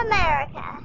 America